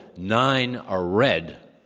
nine are red,